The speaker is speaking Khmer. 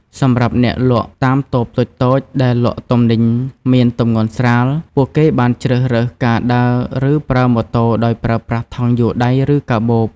សម្រាប់អ្នកលក់តាមតូបតូចៗដែលលក់ទំនិញមានទម្ងន់ស្រាល ពួកគេបានជ្រើសរើសការដើរ ឬប្រើម៉ូតូដោយប្រើប្រាស់ថង់យួរដៃឬកាបូប។